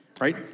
Right